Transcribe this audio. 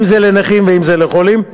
אם לנכים ואם לחולים.